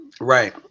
right